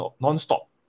non-stop